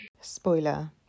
Spoiler